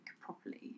properly